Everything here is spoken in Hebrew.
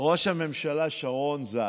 ראש הממשלה שרון ז"ל,